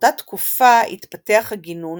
באותה תקופה התפתח הגינון,